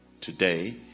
today